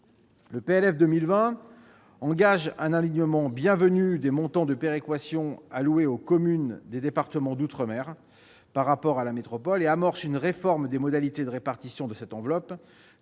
pour 2020 engage un alignement bienvenu des montants de péréquation alloués aux communes des départements d'outre-mer par rapport à la métropole. En outre, il amorce une réforme des modalités de répartition de cette enveloppe